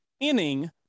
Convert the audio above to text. inning